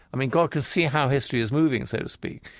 i mean, god can see how history is moving, so to speak,